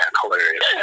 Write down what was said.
hilarious